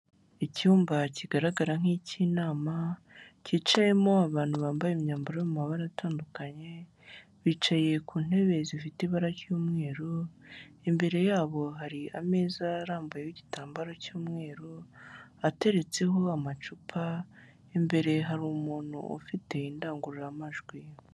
Icyumba kigaragara nk'ik'inama kicayemo abantu bambaye imyambaro yo mumabara atandukanye bicaye ku ntebe zifite ibara ry'umweru imbere yabo hari ameza arambuyeho igitambaro cy'umweru ateretseho amacupa imbere hari umuntu ufite indangururamajwi.